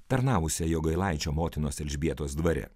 tarnavusią jogailaičio motinos elžbietos dvare